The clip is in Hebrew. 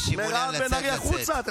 שמעוניין לצאת, בן ארי, החוצה.